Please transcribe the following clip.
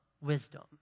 Wisdom